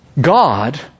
God